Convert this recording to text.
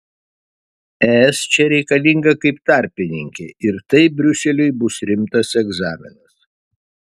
es čia reikalinga kaip tarpininkė ir tai briuseliui bus rimtas egzaminas